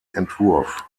entwurf